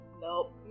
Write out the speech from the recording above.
Nope